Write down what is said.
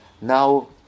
now